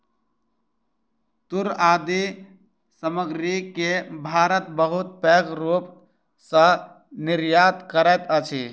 तूर आदि सामग्री के भारत बहुत पैघ रूप सॅ निर्यात करैत अछि